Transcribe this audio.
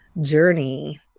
journey